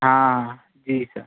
हाँ जी सर